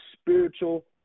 spiritual